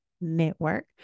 Network